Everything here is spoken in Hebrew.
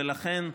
ולכן,